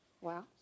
Wow